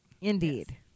Indeed